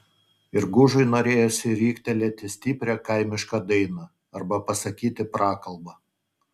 ir gužui norėjosi riktelėti stiprią kaimišką dainą arba pasakyti prakalbą